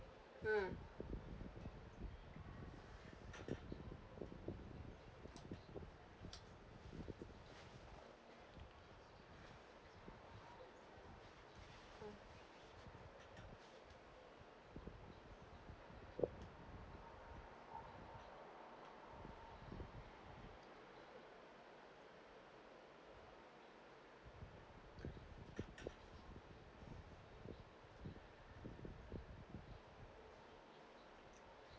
mm